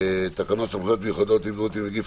תקנות סמכויות מיוחדות להתמודדות עם נגיף